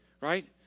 Right